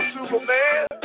Superman